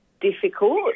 difficult